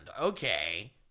Okay